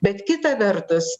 bet kita vertus